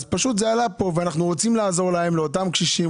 פשוט זה עלה פה ואנחנו רוצים לעזור לאותם קשישים,